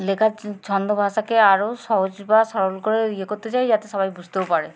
লেখার ছন্দ ভাষাকে আরও সহজ বা সরল করে ইয়ে করতে যাই যাতে সবাই বুঝতেও পারে